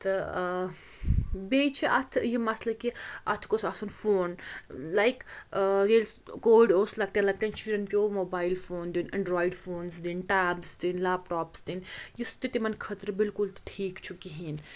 تہٕ بیٚیہِ چھِ اَتھ یہِ مَسلہٕ کہِ اَتھ گوٚژھ آسُن فون لایک ییٚلہِ کووِڈ اوس لۄکٹٮ۪ن لۄکٹٮ۪ن شُرٮ۪ن پیوٚو موبایِل فون دیُن اٮ۪نڈرٛایڈ فونٕز دِنۍ ٹیبٕز دِنۍ لیپٹاپٕس دِنۍ یُس تہِ تِمَن خٲطرٕ بِلکُل تہِ ٹھیٖک چھُ کِہیٖنۍ